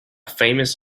famous